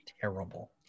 terrible